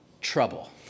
trouble